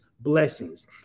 Blessings